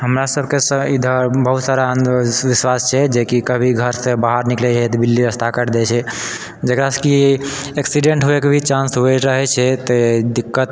हमरासबके इधर बहुत सारा अन्धविश्वास छै जेकि कभी घरसँ बाहर निकलै छियै तऽ बिल्ली रास्ता काटि दै छै जकरासँ की एक्सीडेंट होबैके भी चान्स हुए रहै छै तऽ दिकक्त